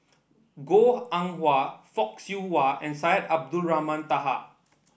Goh Eng Wah Fock Siew Wah and Syed Abdulrahman Taha